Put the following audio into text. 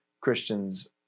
Christians